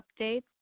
updates